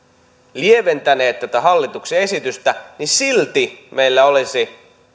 lieventäneet tätä hallituksen esitystä niin silti meillä olisi